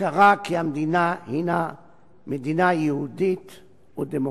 הכרה שהמדינה הינה מדינה יהודית ודמוקרטית.